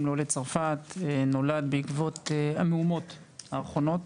לעולי צרפת נולד בעקבות המהומות האחרונות.